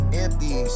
empty